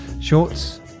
shorts